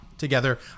together